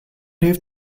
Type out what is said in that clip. heeft